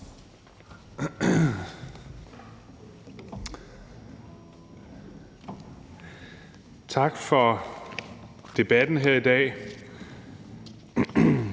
Tak for debatten her i dag.